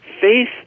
faith